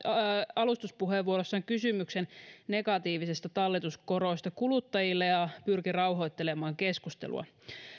alustuspuheenvuorossaan kysymyksen negatiivisista talletuskoroista kuluttajille ja pyrki rauhoittelemaan keskustelua